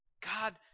God